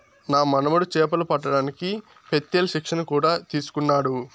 నా మనుమడు చేపలు పట్టడానికి పెత్తేల్ శిక్షణ కూడా తీసుకున్నాడు